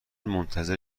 منتظر